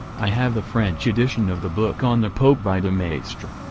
i have the french edition of the book on the pope by demaistre.